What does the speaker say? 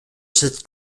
cette